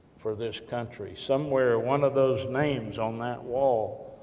for this country. somewhere, one of those names, on that wall,